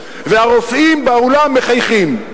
והרופאים באולם מחייכים.